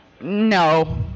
no